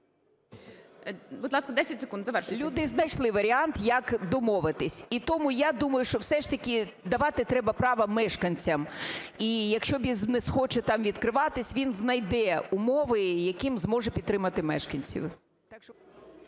Будь ласка, 10 секунд, завершуйте. КУЖЕЛЬ О.В. Люди знайшли варіант, як домовитися. І тому, я думаю, що все ж таки давати треба право мешканцям і якщо бізнес хоче там відкриватися, він знайде умови, яким зможе підтримати мешканців.